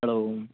hello